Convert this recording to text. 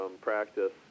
practice